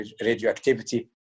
radioactivity